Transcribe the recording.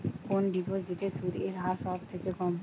কোন ডিপোজিটে সুদের হার সবথেকে কম?